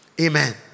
Amen